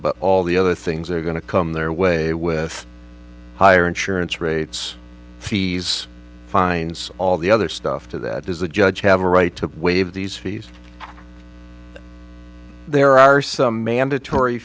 but all the other things are going to come their way with higher insurance rates fees fines all the other stuff to that does the judge have a right to waive these fees there are some mandatory